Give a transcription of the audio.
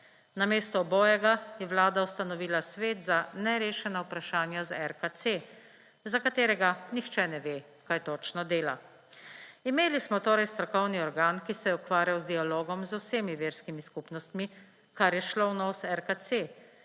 Namesto obojega je Vlada ustanovila Svet za nerešena vprašanja z RKC, za katerega nihče ne ve, kaj točno dela. Imeli smo torej strokovni organ, ki se je ukvarjal z dialogom z vsemi verskimi skupnostmi, kar je šlo v nos RKC,